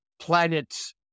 planets